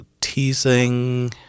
teasing